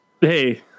Hey